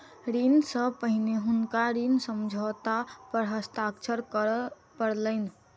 ऋण सॅ पहिने हुनका ऋण समझौता पर हस्ताक्षर करअ पड़लैन